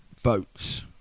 votes